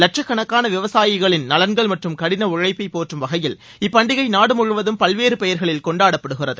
லட்சக்கணக்கான விவசாயிகளின் நலன்கள் மற்றும் கடின உழைப்பை போற்றும் வகையில் இப்பண்டிகை நாடு முழுவதும் பல்வேறு பெயர்களில் கொண்டாடப்படுகிறது